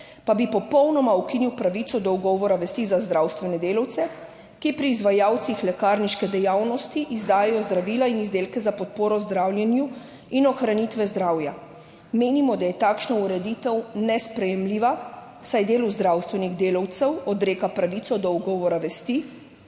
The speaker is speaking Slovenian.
pa bi popolnoma ukinil pravico do ugovora vesti za zdravstvene delavce, ki pri izvajalcih lekarniške dejavnosti izdajajo zdravila in izdelke za podporo zdravljenju, in ohranitve zdravja Menimo, da je takšna ureditev nesprejemljiva, saj delu zdravstvenih delavcev odreka pravico do ugovora vesti.